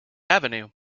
avenue